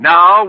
Now